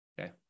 Okay